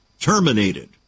terminated